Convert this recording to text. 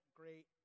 great